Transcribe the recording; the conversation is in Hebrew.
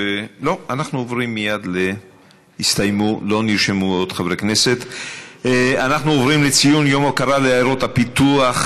אנחנו עוברים להצעות לסדר-היום בנושא: ציון יום ההוקרה לעיירות הפיתוח,